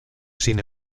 sin